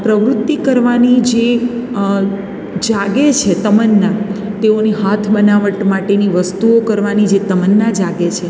પ્રવૃત્તિ કરવાની જે જાગે છે તમન્ના તેઓની હાથ બનાવટ માટેની વસ્તુઓ કરવાની જે તમન્ના જાગે છે